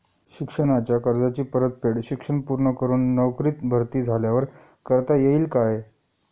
शिक्षणाच्या कर्जाची परतफेड शिक्षण पूर्ण करून नोकरीत भरती झाल्यावर करता येईल काय?